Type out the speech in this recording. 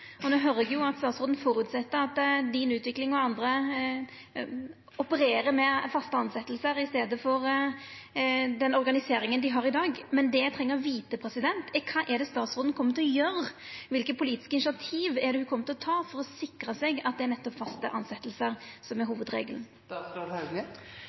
høyrer ikkje no at statsråden føreset at Din Utvikling og andre opererer med faste tilsetjingar i staden for den organiseringa dei har i dag. Men det eg treng å vita, er kva statsråden kjem til å gjera, kva for politiske initiativ ho kjem til å ta for å sikra seg at det er faste tilsetjingar som er